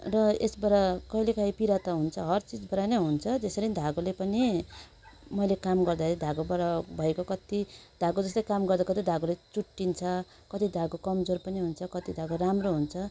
र यसबाट कहिले कहीँ पिडा त हुन्छ हर चिजबाट नै हुन्छ त्यसरी धागोले पनि मैले काम गर्दाखेरी धागोबाट भएको कति धागो जस्तै काम गर्दागर्दा धागोले चुट्टिन्छ कति धागो कम्जोर पनि हुन्छ कति धागो राम्रो हुन्छ